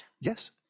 Yes